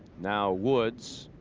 now woods,